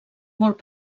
molt